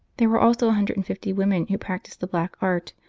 there were also a hundred and fifty women who practised the black art,